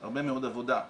הרבה מאוד עבודה.